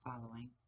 following